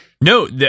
no